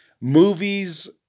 Movies